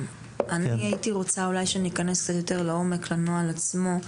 הייתי רוצה אולי שניכנס קצת יותר לעומק לנוהל עצמו,